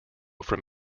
from